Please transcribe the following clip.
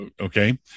Okay